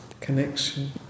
connection